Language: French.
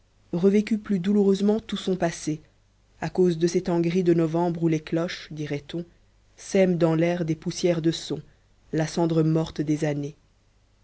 revécut plus douloureusement tout son passé à cause de ces temps gris de novembre où les cloches dirait-on sèment dans l'air des poussières de sons la cendre morte des années